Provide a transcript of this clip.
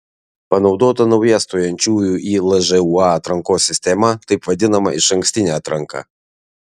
panaudota nauja stojančiųjų į lžūa atrankos sistema taip vadinama išankstinė atranka